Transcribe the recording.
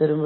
കുറയുന്നു